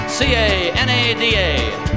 C-A-N-A-D-A